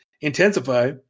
intensify